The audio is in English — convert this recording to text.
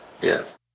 Yes